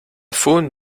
faune